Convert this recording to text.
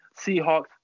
Seahawks